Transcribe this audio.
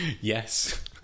Yes